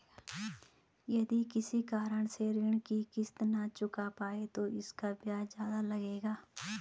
यदि किसी कारण से ऋण की किश्त न चुका पाये तो इसका ब्याज ज़्यादा लगेगा?